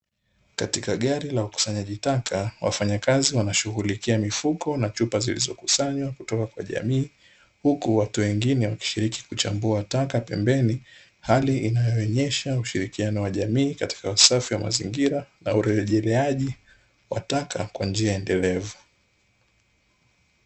Katika gari la ukusanyaji taka wafanyakazi wanashughulikia mifuko na chupa zilizokusanywa kutoka kwa jamii, huku watu wengine wakishiriki kuchambua taka pembeni. Hali inayoonyesha ushirikiano wa jamii katika usafi wa mazingira na urejeleaji wa taka kwa njia endelevu.